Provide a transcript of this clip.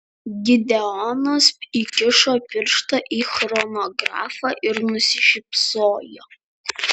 gideonas įkišo pirštą į chronografą ir nusišypsojo